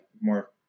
more